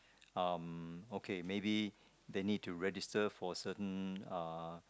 um okay maybe they need to register for certain uh